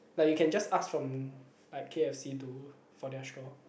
like you can just ask from like K_F_C to for their straw